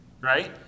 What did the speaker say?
right